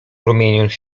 rumieniąc